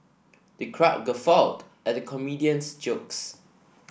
the crowd guffawed at the comedian's jokes